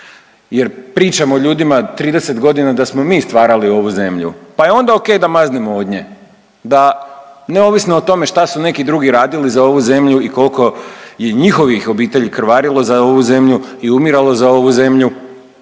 Jer pričamo ljudima 30 godina da smo mi stvarali ovu zemlju, pa je onda o.k. da maznemo od nje, da neovisno o tome šta su neki drugi radili za ovu zemlju i koliko je njihovih obitelji krvarilo za ovu zemlju i umiralo za ovu zemlju